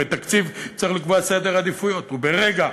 הרי בתקציב צריך לקבוע סדר עדיפויות, וברגע